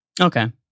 Okay